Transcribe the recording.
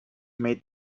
made